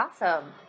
Awesome